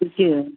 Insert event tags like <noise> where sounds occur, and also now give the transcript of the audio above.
<unintelligible>